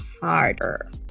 harder